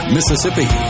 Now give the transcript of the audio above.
Mississippi